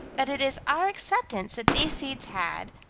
but it is our acceptance that these seeds had,